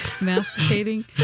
masticating